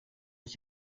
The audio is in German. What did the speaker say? ich